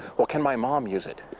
well can my mom use it?